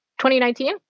2019